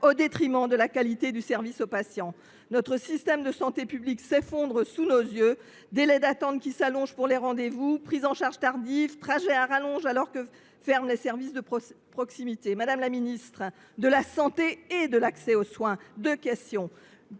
au détriment de la qualité du service aux patients. Notre système de santé publique s’effondre sous nos yeux : délais d’attente qui s’allongent pour les rendez vous, prises en charge tardives, trajets à rallonge, alors que les services de proximité ferment. Madame la ministre de la santé, vous êtes aussi chargée